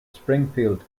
springfield